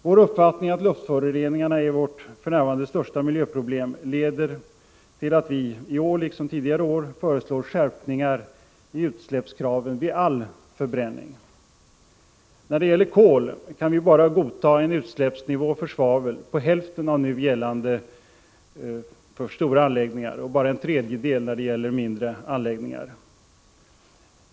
Vår uppfattning att luftföroreningarna är vårt för närvarande största miljöproblem leder till att vi i år liksom tidigare år föreslår skärpningar i utsläppskraven vid all förbränning. När det gäller kol kan vi bara godta en utsläppsnivå för svavel på hälften av nu gällande för stora anläggningar och bara en tredjedel av det som nu är godkänt för mindre anläggningar.